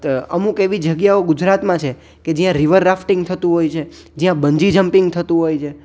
અમુક એવી જગ્યાઓ ગુજરાતમાં છે કે જ્યાં રિવર રાફ્ટિંગ થતું હોય છે જ્યાં બંજી જમ્પિંગ થતું હોય છે